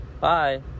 Bye